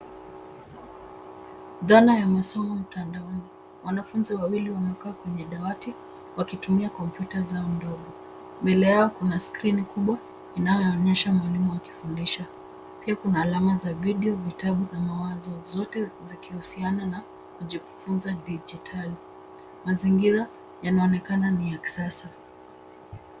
Dhana ya masomo mtandaoni. Wanafunzi wawili wamekaa kwenye dawati, wakitumia kompyuta zao ndogo. Mbele yao kuna screen kubwa ,inayoonyesha mwalimu akifundisha. Pia kuna alama za video, vitabu na mawazo vyote zikihusiana na kujifunza digitali. Mazingira yanaonekana ni ya kisasa.